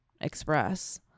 express